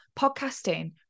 podcasting